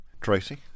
Tracy